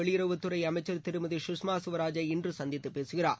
வெளியுறவுத்துறை அமைச்சர் திருமதி சுஷ்மா சுவராஜை இன்று சந்தித்து பேசுகிறார்